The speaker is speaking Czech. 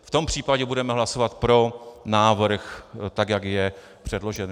V tom případě budeme hlasovat pro návrh, tak jak je předložen.